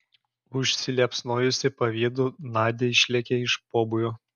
užsiliepsnojusi pavydu nadia išlėkė iš pobūvio